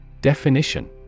Definition